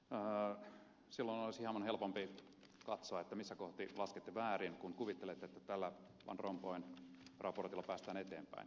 silloin olisi hieman helpompi katsoa missä kohti laskette väärin kun kuvittelette että tällä van rompuyn raportilla päästään eteenpäin